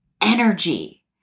energy